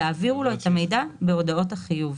יעבירו לו את המידע בהודעות החיוב."